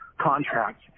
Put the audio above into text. contract